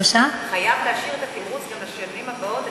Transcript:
חייבים להשאיר את התמרוץ גם לשנים הבאות.